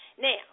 Now